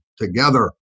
together